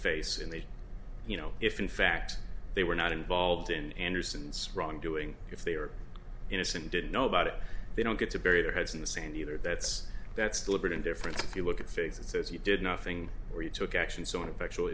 face and they you know if in fact they were not involved in anderson's wrongdoing if they were innocent didn't know about it they don't get to bury their heads in the sand either that's that's deliberate indifference if you look at face it says you did nothing or you took action sort of factual